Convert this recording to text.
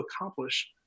accomplish